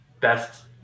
best